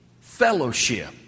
fellowship